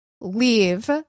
leave